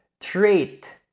trait